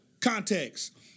context